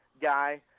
guy